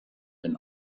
wenn